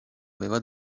aveva